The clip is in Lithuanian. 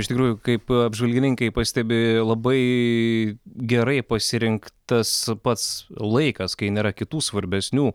iš tikrųjų kaip apžvalgininkai pastebi labai gerai pasirinktas pats laikas kai nėra kitų svarbesnių